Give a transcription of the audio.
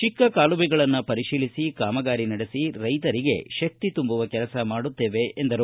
ಚಿಕ್ಕ ಕಾಲುವೆಗಳನ್ನು ಪರಿಶೀಲಿಸಿ ಕಾಮಗಾರಿ ನಡೆಸಿ ರೈತರಿಗೆ ಶಕ್ತಿ ತುಂಬುವ ಕೆಲಸ ಮಾಡುತ್ತೇವೆ ಎಂದರು